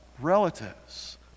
relatives